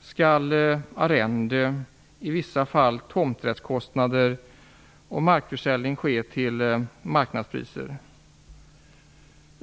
skall arrende, i vissa fall tomträttskostnader och markförsäljning ha marknadspriser.